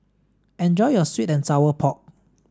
enjoy your sweet and sour pork